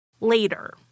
later